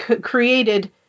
created